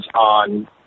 on